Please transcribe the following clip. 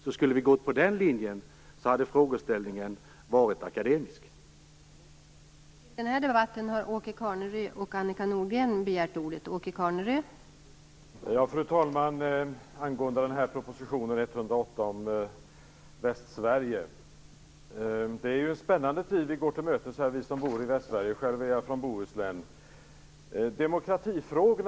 Hade vi ha gått på den linjen, skulle detta alltså ha varit en akademisk fråga.